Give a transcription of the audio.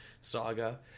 saga